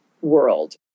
world